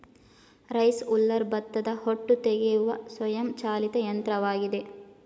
rice huller ಭತ್ತದ ಹೊಟ್ಟು ತೆಗೆಯುವ ಸ್ವಯಂ ಚಾಲಿತ ಯಂತ್ರವಾಗಿದೆ